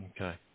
Okay